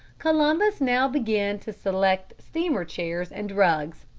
columbus now began to select steamer-chairs and rugs.